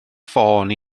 ffôn